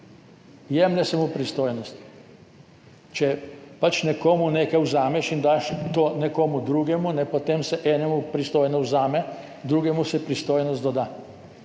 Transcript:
Jemlje se mu pristojnosti. Če nekomu nekaj vzameš in daš to nekomu drugemu, potem se enemu pristojnost vzame, drugemu se pristojnost doda,